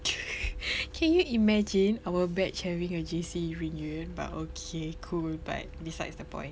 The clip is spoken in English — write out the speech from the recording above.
can you imagine our batch having a J_C reunion but okay cool but besides the point